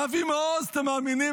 אבי מעוז, אתם מאמינים?